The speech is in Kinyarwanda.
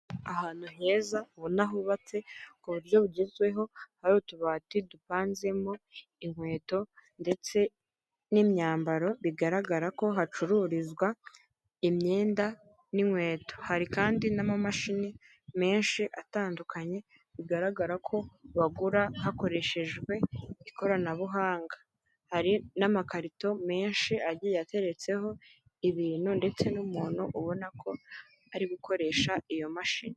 Ahantu heza ubona hubatse ku buryo bugezweho hari utubati dupanzemo inkweto ndetse n'imyambaro bigaragara ko hacururizwa imyenda n'inkweto hari kandi n'amamashini menshi atandukanye bigaragara ko bagura hakoreshejwe ikoranabuhanga hari n'amakarito menshi agiye ateretseho ibintu ndetse n'umuntu ubona ko ari gukoresha iyo mashini.